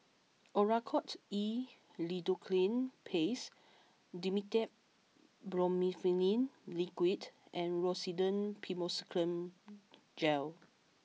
Oracort E Lidocaine Paste Dimetapp Brompheniramine Liquid and Rosiden Piroxicam Gel